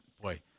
boy